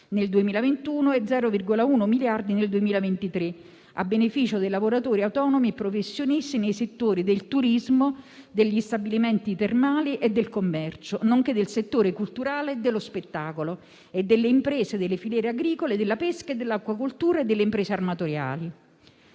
nel 2021 e 0,1 miliardi nel 2023, a beneficio di lavoratori autonomi e professionisti nei settori del turismo, degli stabilimenti termali e del commercio, nonché del settore culturale e dello spettacolo e delle imprese delle filiere agricole, della pesca, dell'acquacoltura e delle imprese armatoriali.